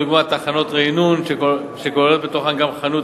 לדוגמה: תחנות רענון שכוללות בתוכן גם חנות